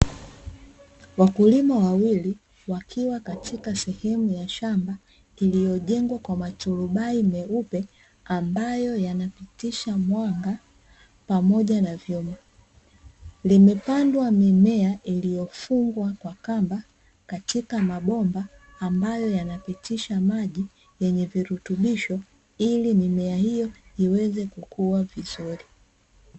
Wakulima wawili wakiwa katika sehemu ya shamba iliyojengwa kwa maturubai meupe, ambayo yanapitisha mwanga pamoja na vyuma, limepandwa mimea iliyofungwa kwa kamba katika mabomba ambayo yanapitisha maji yenye virutubisho, ili mimea hiyo iweze kukua vizuri.